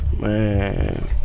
Man